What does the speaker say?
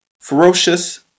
ferocious